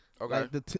Okay